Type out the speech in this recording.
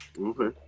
Okay